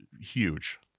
huge